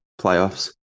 playoffs